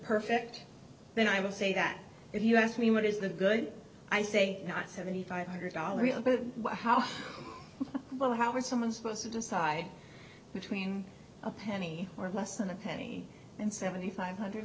perfect then i will say that if you ask me what is the good i say not seventy five hundred dollars but how well how is someone supposed to decide between a penny or less than a penny and seventy five hundred